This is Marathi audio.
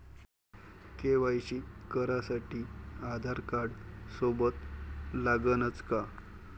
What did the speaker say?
के.वाय.सी करासाठी आधारकार्ड सोबत लागनच का?